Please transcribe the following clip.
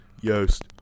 Yost